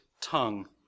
tongue